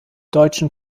deutschen